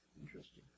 Interesting